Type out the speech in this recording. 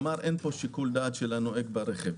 כלומר אין פה שיקול דעת של הנוהג ברכב.